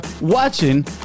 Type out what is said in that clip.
watching